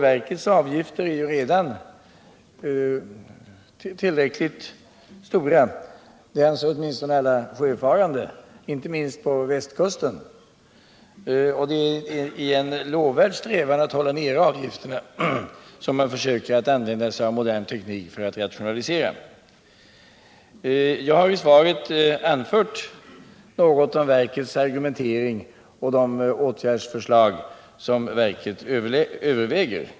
Verkets avgifter är ju redan tillräckligt höga; det anser åtminstone alla sjöfarare — inte minst på västkusten. Det är i en lovvärd strävan att hålla nere avgifterna som sjöfartsverket försöker använda sig av modern teknik för att rationalisera. Jag har svaret anfört något av verkets argumentering och de åtgärdsförslag som verket överväger.